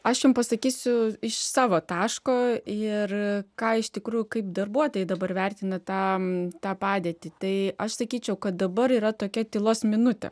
aš jum pasakysiu iš savo taško ir ką iš tikrųjų kaip darbuotojai dabar vertina tą tą padėtį tai aš sakyčiau kad dabar yra tokia tylos minutė